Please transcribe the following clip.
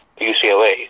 UCLA